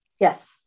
Yes